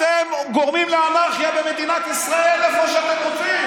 אתם גורמים לאנרכיה במדינת ישראל איפה שאתם רוצים,